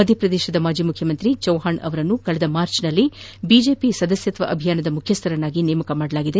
ಮಧ್ಯಪ್ರದೇಶದ ಮಾಜಿ ಮುಖ್ಯಮಂತ್ರಿ ಚೌಹಾಣ್ ಅವರನ್ನು ಕಳೆದ ಮಾರ್ಚ್ ನಲ್ಲಿ ಪಕ್ಷದ ಸದಸ್ಕತ್ವ ಅಭಿಯಾನದ ಮುಖ್ಯಸ್ಥರನ್ನಾಗಿ ನೇಮಕ ಮಾಡಲಾಗಿತ್ತು